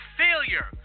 failure